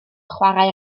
chwarae